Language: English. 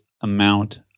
amount